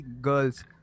girls